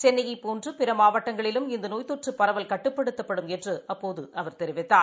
சென்னையப் போன்றுபிறமாவட்டங்களிலும் இந்தநோய் தொற்றுபரவல் கட்டுப்படுத்தப்படும் என்றுஅப்போதுஅவர் தெரிவித்தார்